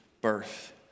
birth